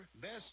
best